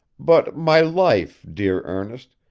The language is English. but my life, dear ernest,